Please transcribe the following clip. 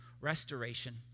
restoration